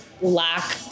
lack